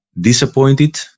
disappointed